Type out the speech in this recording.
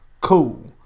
Cool